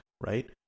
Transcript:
right